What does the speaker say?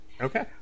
Okay